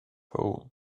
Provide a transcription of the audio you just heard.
hole